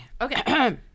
Okay